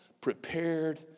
prepared